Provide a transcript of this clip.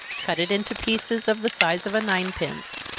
cut it into pieces of the size of a nine-pence.